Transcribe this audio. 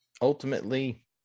Ultimately